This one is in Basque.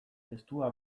testua